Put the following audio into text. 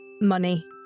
money